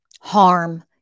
harm